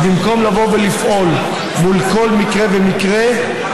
ובמקום לבוא ולפעול מול כל מקרה ומקרה,